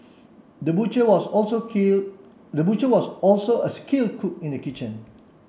the butcher was also kill the butcher was also a skilled cook in the kitchen